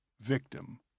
victim